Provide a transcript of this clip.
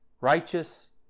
righteous